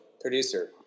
producer